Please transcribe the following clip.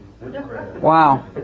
Wow